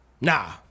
Nah